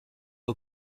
aux